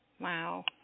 Wow